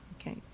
Okay